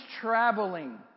traveling